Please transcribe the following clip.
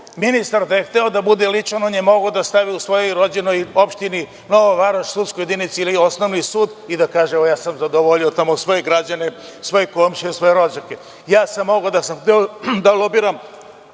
ministar da je hteo da bude ličan, on je mogao da stavi u svojoj rođenoj opštini Nova Varoš sudsku jedinicu ili osnovni sud i da kaže – evo, ja sam zadovoljio tamo svoje građane, svoje komšije, svoje rođake. Ja sam mogao, da sam hteo, da lobiram